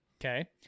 Okay